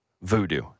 voodoo